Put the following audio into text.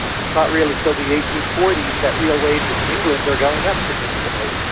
it's not really until the eighteen forty s that real wages in england are going up significantly.